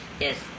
Yes